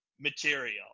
material